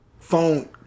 phone